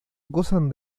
gozan